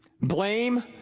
blame